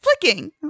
flicking